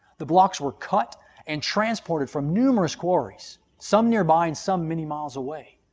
the blocks were cut and transported from numerous quarries, some nearby and some many miles away.